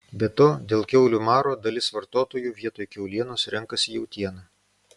be to dėl kiaulių maro dalis vartotojų vietoj kiaulienos renkasi jautieną